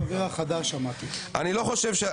אבל אתה --- בסדר, אני אאפשר לך.